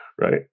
Right